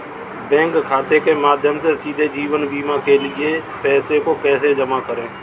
Bank खाते के माध्यम से सीधे जीवन बीमा के लिए पैसे को कैसे जमा करें?